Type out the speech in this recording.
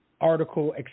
article